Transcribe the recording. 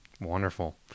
Wonderful